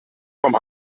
vom